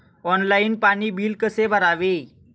Online पाणी bill कसे भरावे?